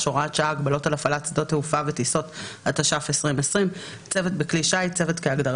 ואנשי צוות אוויר לפי זמן השהות שלהם